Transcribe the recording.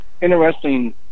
interesting